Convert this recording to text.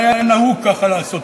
היה נהוג ככה לעשות.